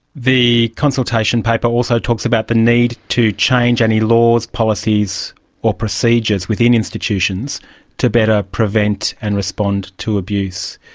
the consultation paper also talks about the need to change any laws, policies or procedures within institutions to better prevent and respond to abuse.